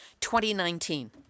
2019